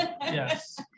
yes